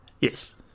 yes